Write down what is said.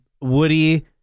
Woody